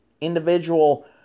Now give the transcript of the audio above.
individual